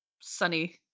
sunny